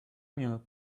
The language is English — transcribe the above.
minute